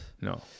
No